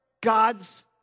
God's